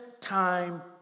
time